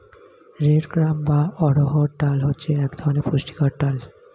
red gram বা অড়হর ডাল হচ্ছে এক ধরনের পুষ্টিকর ডাল